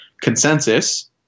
Consensus